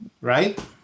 right